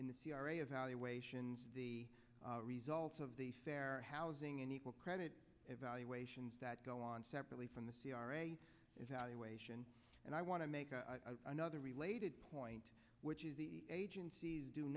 in the c r a evaluations the results of the fair housing and equal credit evaluations that go on separately from the c r a evaluation and i want to make another related point which is the agencies do